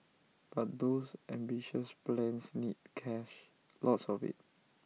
but those ambitious plans need cash lots of IT